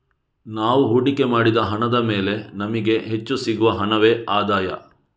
ನಾವು ಹೂಡಿಕೆ ಮಾಡಿದ ಹಣದ ಮೇಲೆ ನಮಿಗೆ ಹೆಚ್ಚು ಸಿಗುವ ಹಣವೇ ಆದಾಯ